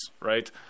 right